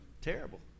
Terrible